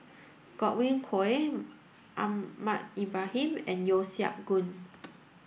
Godwin Koay Ahmad Ibrahim and Yeo Siak Goon